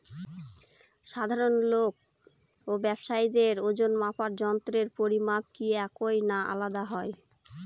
সাধারণ লোক ও ব্যাবসায়ীদের ওজনমাপার যন্ত্রের পরিমাপ কি একই না আলাদা হয়?